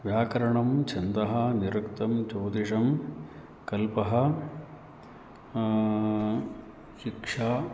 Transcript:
व्याकरणं छन्दः निरुक्तं ज्योतिषं कल्पः शिक्षा